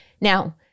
Now